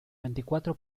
veinticuatro